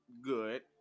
good